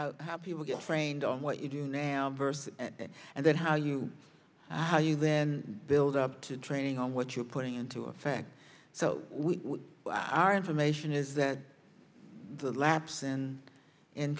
out how people get framed on what you do now versus and then how you how you then build up to training what you're putting into effect so we are information is that the lapse in and